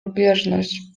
lubieżność